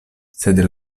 sed